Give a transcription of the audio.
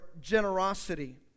generosity